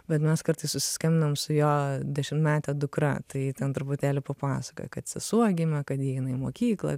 bet mes kartais susiskambinam su jo dešimtmete dukra tai ten truputėlį papasakojo kad sesuo gimė kad ji eina į mokyklą